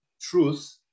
truth